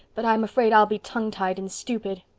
but i'm afraid i'll be tongue-tied and stupid.